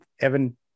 Evan